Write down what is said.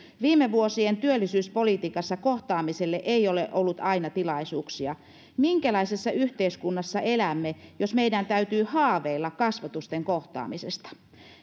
viime vuosien työllisyyspolitiikassa kohtaamiselle ei ole ollut aina tilaisuuksia minkälaisessa yhteiskunnassa elämme jos meidän täytyy haaveilla kasvotusten kohtaamisesta